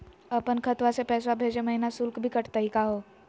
अपन खतवा से पैसवा भेजै महिना शुल्क भी कटतही का हो?